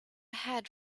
head